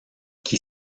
qui